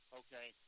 okay